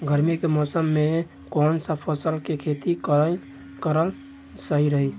गर्मी के मौषम मे कौन सा फसल के खेती करल सही रही?